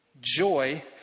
Joy